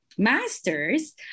Masters